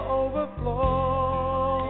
overflow